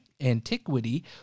antiquity